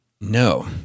no